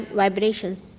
vibrations